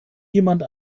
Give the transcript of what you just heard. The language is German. jemand